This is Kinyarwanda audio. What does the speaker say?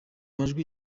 majwi